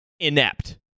inept